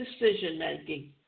decision-making